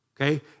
okay